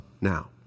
now